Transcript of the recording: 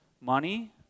Money